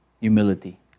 humility